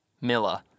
Miller